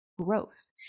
growth